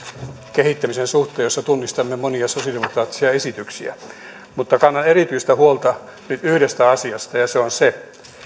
kehittämisen suhteen ja tunnistamme tässä monia sosialidemokraattisia esityksiä mutta kannan erityistä huolta nyt yhdestä asiasta ja se on se